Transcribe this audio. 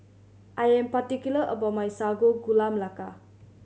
I am particular about my Sago Gula Melaka